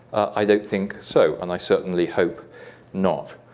i don't think so, and i certainly hope not.